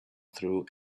through